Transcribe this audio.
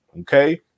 okay